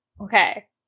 Okay